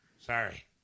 sorry